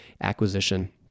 acquisition